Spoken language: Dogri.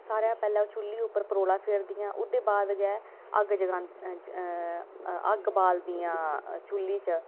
सारें कशा पैह्लें चुल्ही पर परोला फेरदियां ते फिर ओह्दे अग्ग बालदियां चुल्ही च